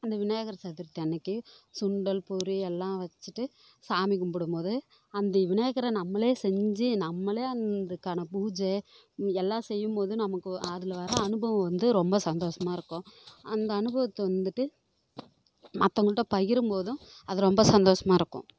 அந்த விநாயகர் சதுர்த்தி அன்றைக்கி சுண்டல் பொரி எல்லாம் வச்சுட்டு சாமி கும்பிடும்போது அந்த விநாயகரை நம்மளே செஞ்சு நம்மளே அந்துக்கான பூஜை எல்லாம் செய்யும்போது நமக்கு அதில் வர அனுபவம் வந்து ரொம்ப சந்தோஷமாக இருக்கும் அந்த அனுபவத்தை வந்துட்டு மத்தவங்கள்ட பகிரும்போதும் அது ரொம்ப சந்தோஷமாக இருக்கும்